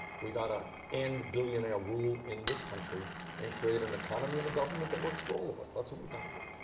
we got to end billionaire rule in this country and create an economy and a government that works for all of us. that's what we got to do.